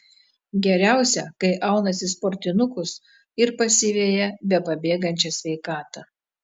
geriausia kai aunasi sportinukus ir pasiveja bepabėgančią sveikatą